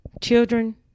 children